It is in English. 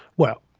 well,